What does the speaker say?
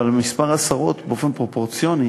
אבל מספר השרות באופן פרופורציוני